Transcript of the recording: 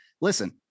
listen